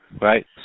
Right